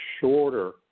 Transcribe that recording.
shorter